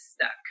stuck